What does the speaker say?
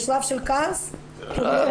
שליחות.